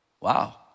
Wow